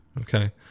Okay